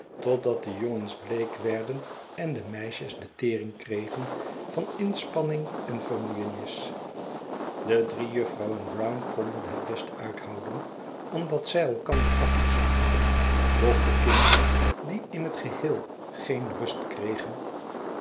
totdat de jongens bleek werden en de meisjes de tering kregen van inspanning en vermoeienis de drie juffrouwen brown konden het best uithouden omdat zij elkander afwisselden doch de kinderen die in het geheel geen rust kregen